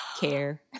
care